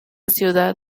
ciudad